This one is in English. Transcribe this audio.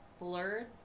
blurred